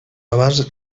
abans